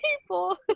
people